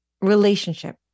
relationship